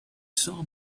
saw